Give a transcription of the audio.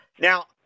Now